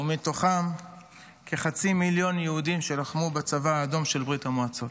ומתוכם כחצי מיליון יהודים שלחמו בצבא האדום של ברית המועצות.